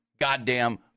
goddamn